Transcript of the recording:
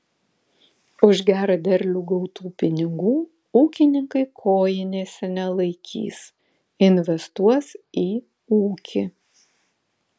už gerą derlių gautų pinigų ūkininkai kojinėse nelaikys investuos į ūkį